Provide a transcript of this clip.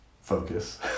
focus